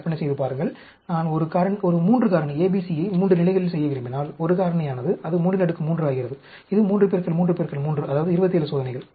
கற்பனை செய்து பாருங்கள் நான் ஒரு 3 காரணி A B C ஐ 3 நிலைகளில் செய்ய விரும்பினால் ஒரு காரணியானது அது 33 ஆகிறது இது 3 3 3 அதாவது 27 சோதனைகள்